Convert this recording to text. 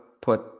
put